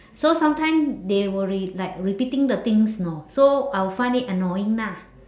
so sometimes they will be like repeating the things know so I will find it annoying lah